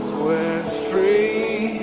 we're free,